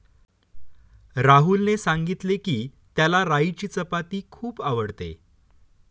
राहुलने सांगितले की, त्याला राईची चपाती खूप आवडते